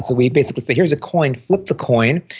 ah we basically say, here's a coin. flip the coin.